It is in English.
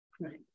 right